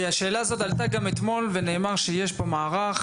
כי השאלה הזו עלתה פה גם אתמול ונאמר שיש מערך